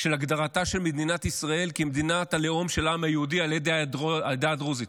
הגדרתה של מדינת ישראל כמדינת הלאום של העם היהודי על ידי העדה הדרוזית.